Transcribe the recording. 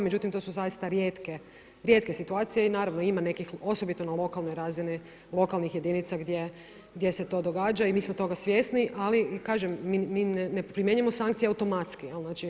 Međutim, to su zaista rijetke situacije i naravno, ima nekih, osobito na lokalnoj razini lokalnih jedinica gdje se to događa i mi smo toga svjesni, ali kažem, mi ne primjenjujemo sankciji automatski.